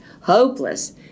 hopeless